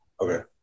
Okay